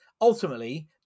ultimately